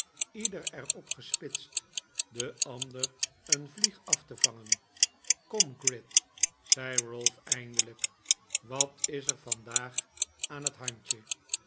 ieder er dp gespitst den ander een ylieg af te vangen kom gride zei ralph eindelijk wat is er vandaag aan t handje